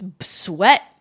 sweat